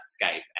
escape